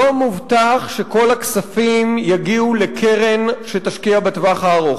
לא מובטח שכל הכספים יגיעו לקרן שתשקיע בטווח הארוך.